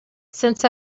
since